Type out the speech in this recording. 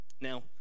now